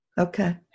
Okay